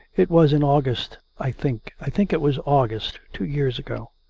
it was in august, i think. i think it was august, two years ago.